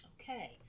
Okay